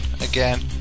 again